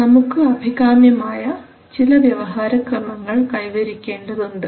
നമുക്ക് അഭികാമ്യമായ ചില വ്യവഹാരക്രമങ്ങൾ കൈവരിക്കേണ്ടതുണ്ട്